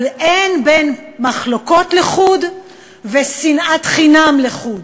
אבל אין בין, מחלוקות לחוד ושנאת חינם לחוד,